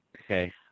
okay